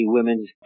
Women's